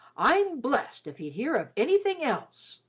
i'm blessed if he'd hear of anything else!